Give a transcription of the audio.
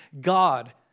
God